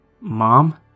Mom